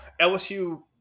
LSU